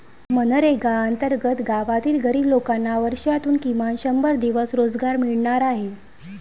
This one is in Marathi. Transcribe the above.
मनरेगा अंतर्गत गावातील गरीब लोकांना वर्षातून किमान शंभर दिवस रोजगार मिळणार आहे